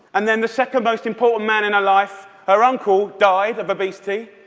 and then the second most important man in her life, her uncle, died of obesity,